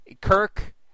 Kirk